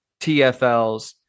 TFLs